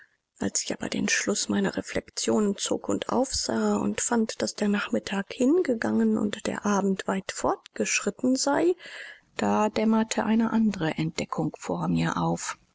als ich aber den schluß meiner reflexionen zog und aufsah und fand daß der nachmittag hingegangen und der abend weit vorgeschritten sei da dämmerte eine andere entdeckung vor mir auf